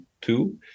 two